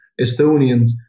Estonians